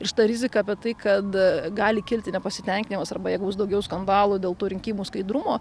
ir šita rizika apie tai kad gali kilti nepasitenkinimas arba jie gaus daugiau skandalų dėl tų rinkimų skaidrumo